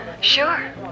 Sure